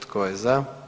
Tko je za?